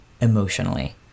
emotionally